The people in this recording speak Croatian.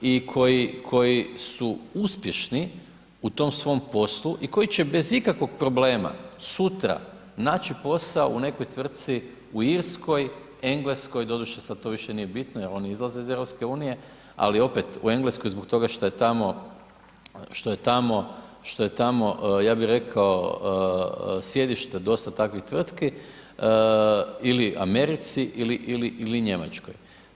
i koji su uspješni u tom svom poslu i koji će bez ikakvog problema sutra naći posao u nekoj tvrtci u Irskoj, Engleskoj, doduše sad to više nije bitno jer oni izlaze iz EU ali opet u Engleskoj zbog toga što je tamo, što je tamo, što je tamo, ja bih rekao sjedište dosta takvih tvrtki ili Americi ili Njemačkoj.